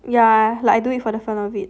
yeah like I do it for the fun of it